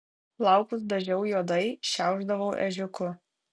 plaukus dažiau juodai šiaušdavau ežiuku